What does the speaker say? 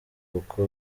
kuko